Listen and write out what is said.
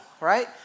right